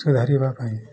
ସୁଧାରିବା ପାଇଁ